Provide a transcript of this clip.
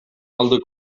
алды